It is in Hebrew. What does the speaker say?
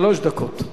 שלוש דקות.